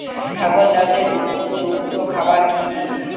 ছাগল চাষের উপযুক্ত খাবার কি কি?